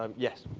um yes.